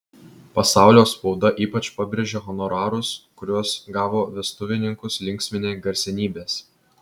pasaulio spauda ypač pabrėžia honorarus kuriuos gavo vestuvininkus linksminę garsenybės